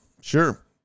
sure